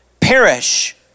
perish